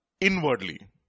inwardly